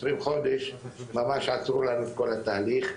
20 חודשים ממש עצרו לנו את כל התהליך,